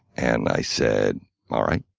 and i said all right,